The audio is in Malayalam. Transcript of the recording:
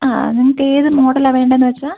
ആ നിങ്ങൾക്ക് ഏത് മോഡൽ ആണ് വേണ്ടതെന്ന് വെച്ചാൽ